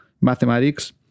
mathematics